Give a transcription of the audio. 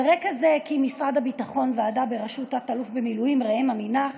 על רקע זה הקים משרד הביטחון ועדה בראשות תת-אלוף ראם עמינח,